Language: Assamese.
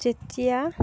যেতিয়া